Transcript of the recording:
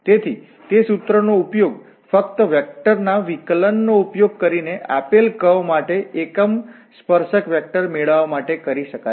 તેથી તે સૂત્રનો ઉપયોગ ફક્ત વેક્ટરના વિકલન નો ઉપયોગ કરીને આપેલ કર્વ વળાંક માટે એકમ સ્પર્શક વેક્ટર મેળવવા માટે કરી શકાય છે